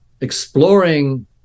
exploring